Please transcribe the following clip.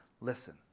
listen